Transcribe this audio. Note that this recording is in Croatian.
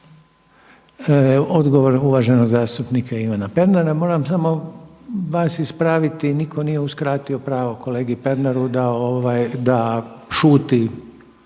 Odgovor uvaženog zastupnika Ivana Pernara. Moram samo vas ispraviti nitko nije uskratio pravo kolegi Pernaru da šuti.